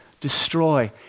destroy